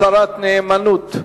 הצהרת נאמנות),